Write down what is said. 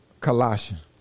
Colossians